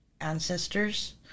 ancestors